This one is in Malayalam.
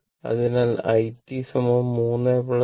അതിനാൽ i t 3 2